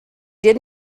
did